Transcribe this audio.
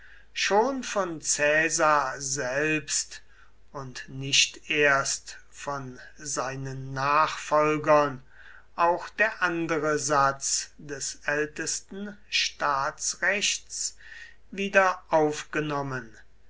schon von caesar selbst und nicht erst von seinen nachfolgern auch der andere satz des ältesten staatsrechts wieder aufgenommen